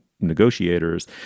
negotiators